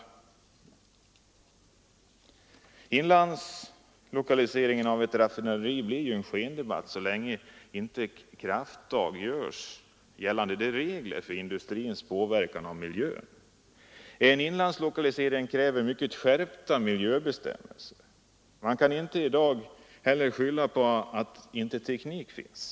Diskussionen om inlandslokalisering av ett raffinaderi blir en skendebatt så länge inte krafttag tas i vad gäller reglerna för industrins påverkan av miljön. En inlandslokalisering kräver mycket skärpta miljöbestämmelser. Man kan i dag inte skylla på att teknik saknas.